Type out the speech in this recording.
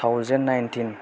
thousand nineteen